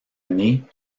nez